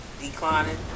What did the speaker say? declining